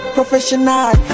Professional